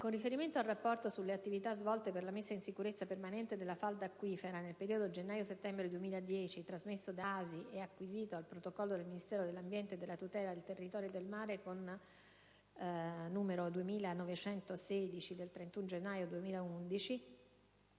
Con riferimento al «Rapporto sulle attività svolte per la messa in sicurezza permanente della falda acquifera nel periodo gennaio-settembre 2010», trasmesso da ASI ed acquisito al protocollo del Ministero dell'ambiente e della tutela del territorio e del mare n. 2916 del 31 gennaio 2011,